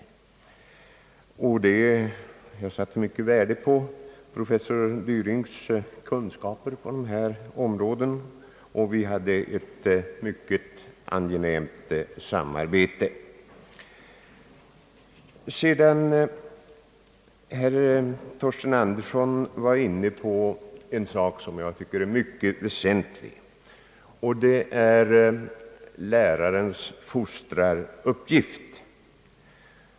Jag uppskattade i hög grad professor Därings kunskaper på dessa områden, och vi hade ett mycket angenämt samarbete. Herr Torsten Andersson var inne på en mycket väsentlig sak då han talade om lärarens fostraruppgift.